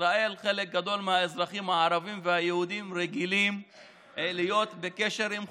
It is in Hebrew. חלק גדול מהאזרחים הערבים והיהודים בישראל רגילים להיות בקשר עם חו"ל,